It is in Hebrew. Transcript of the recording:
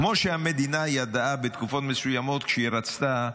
כמו שהמדינה ידעה בתקופות מסוימות, כשהיא רצתה